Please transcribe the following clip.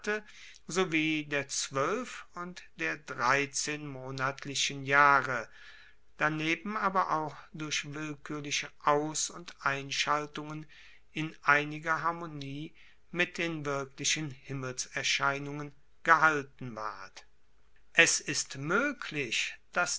sowie der zwoelf und der dreizehnmonatlichen jahre daneben aber durch willkuerliche aus und einschaltungen in einiger harmonie mit den wirklichen himmelserscheinungen gehalten ward es ist moeglich dass